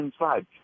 inside